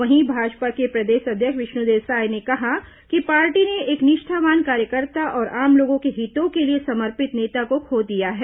वहीं भाजपा के प्रदेश अध्यक्ष विष्णुदेव साय ने कहा कि पार्टी ने एक निष्ठावान कार्यकर्ता और आम लोगों के हितों के लिए समर्पित नेता को खो दिया है